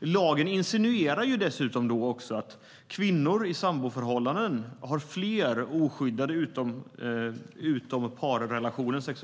Lagen insinuerar dessutom att kvinnor i samboförhållanden har fler oskyddade sexuella utomparsrelationer än andra.